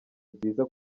byiza